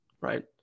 right